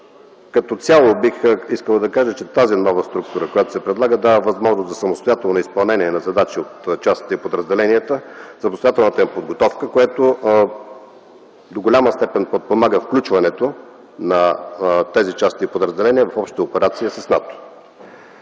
Като цяло бих искал да кажа, че тази нова структура, която се предлага, дава възможност за самостоятелно изпълнение на задачи от частите и подразделенията, самостоятелната им подготовка, което до голяма степен подпомага включването на тези части подразделения в общите операции с НАТО.